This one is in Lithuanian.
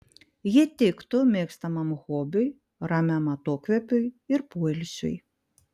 ji tiktų mėgstamam hobiui ramiam atokvėpiui ir poilsiui